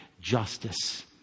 justice